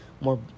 more